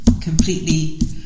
completely